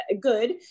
good